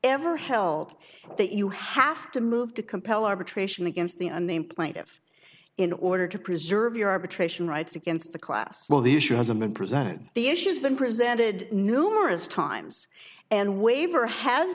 ever held that you have to move to compel arbitration against the unnamed plaintive in order to preserve your arbitration rights against the class well the issue hasn't been presented the issue has been presented numerous times and waiver has